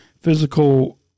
physical